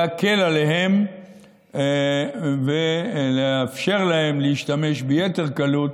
להקל עליהם ולאפשר להם להשתמש ביתר קלות